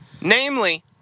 Namely